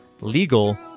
legal